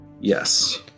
Yes